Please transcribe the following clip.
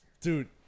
Dude